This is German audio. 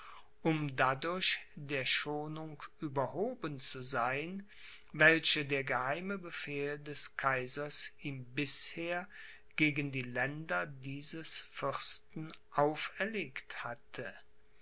um dadurch der schonung überhoben zu sein welche der geheime befehl des kaisers ihm bisher gegen die länder dieses fürsten aufgelegt hatte